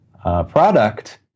product